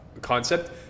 concept